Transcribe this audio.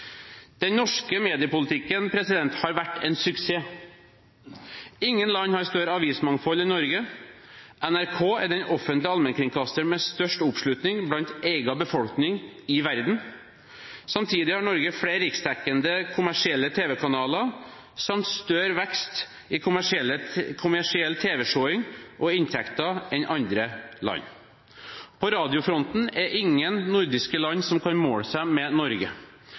Den norske mediepolitikken har vært en suksess. Ingen land har større avismangfold enn Norge. NRK er den offentlige allmennkringkasteren med størst oppslutning blant egen befolkning i verden. Samtidig har Norge flere riksdekkende kommersielle tv-kanaler samt større vekst i kommersiell tv-seing og inntekter enn andre land. På radiofronten er det ingen nordiske land som kan måle seg med Norge,